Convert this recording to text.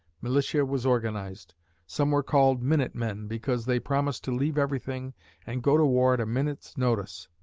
militia was organized some were called minute men because they promised to leave everything and go to war at a minute's notice.